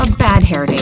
bad hair day